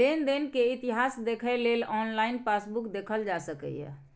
लेनदेन के इतिहास देखै लेल ऑनलाइन पासबुक देखल जा सकैए